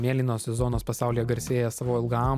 mėlynosios zonos pasaulyje garsėja savo ilgam